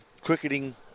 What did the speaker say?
cricketing